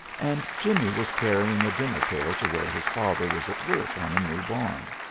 and jimmie was carrying a dinner-pail to where his father was at work on a new barn.